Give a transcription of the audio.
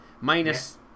minus